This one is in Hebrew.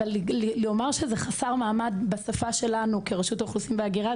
אבל לומר שזה חסר מעמד בשפה שלנו כרשות האוכלוסין וההגירה,